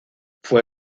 fue